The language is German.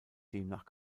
demnach